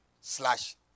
slash